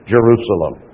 Jerusalem